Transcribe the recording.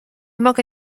mogę